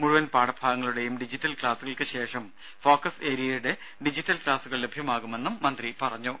മുഴുവൻ പാഠഭാഗങ്ങളുടെയും ഡിജിറ്റൽ ക്ലാസ്സുകൾക്ക് ശേഷം ഫോക്കസ് ഏരിയയുടെ ഡിജിറ്റൽ ക്ലാസുകൾ ലഭ്യമാകുമെന്നും മന്ത്രി പറഞ്ഞു